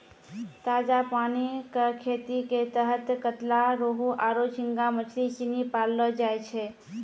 ताजा पानी कॅ खेती के तहत कतला, रोहूआरो झींगा मछली सिनी पाललौ जाय छै